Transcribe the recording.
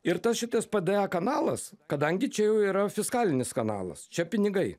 ir tas šitas pda kanalas kadangi čia jau yra fiskalinis kanalas čia pinigai